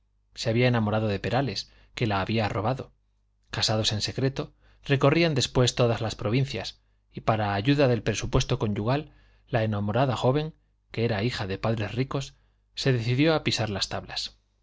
se había enamorado de perales que la había robado casados en secreto recorrían después todas las provincias y para ayuda del presupuesto conyugal la enamorada joven que era hija de padres ricos se decidió a pisar las tablas